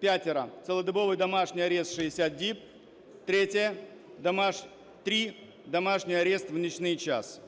п'ятьом – цілодобовий домашній арешт 60 діб, трьом – домашній арешт в нічний час.